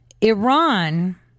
Iran